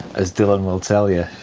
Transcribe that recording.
as dillon will tell you.